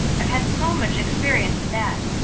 i've had so much experience at that.